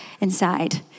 inside